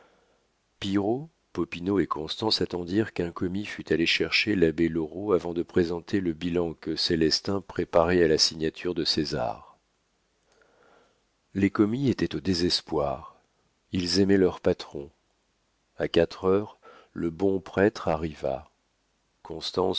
pillerault popinot et constance attendirent qu'un commis fût allé chercher l'abbé loraux avant de présenter le bilan que célestin préparait à la signature de césar les commis étaient au désespoir ils aimaient leur patron a quatre heures le bon prêtre arriva constance